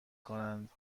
کنند